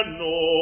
no